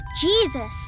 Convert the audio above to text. Jesus